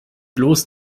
bloß